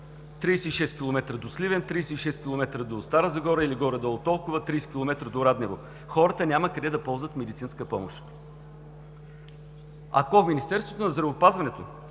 36 км до Сливен, 36 км до Стара Загора или горе-долу толкова, 30 км до Раднево, хората няма къде да ползват медицинска помощ. Ако Министерството на здравеопазването